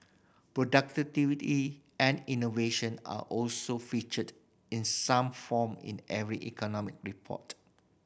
productivity and innovation are also featured in some form in every economic report